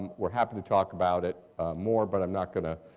we're happy to talk about it more but i'm not going to